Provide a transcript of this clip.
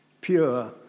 pure